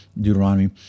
Deuteronomy